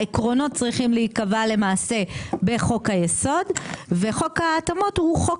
העקרונות צריכים להיקבע למעשה בחוק היסוד וחוק ההתאמות הוא חוק